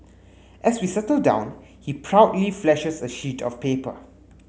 as we settle down he proudly flashes a sheet of paper